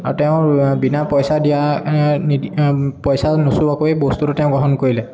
আৰু তেওঁ বিনা পইচা দিয়া পইচা নোচোৱাকৈয়ে বস্তুটো তেওঁ গ্ৰহণ কৰিলে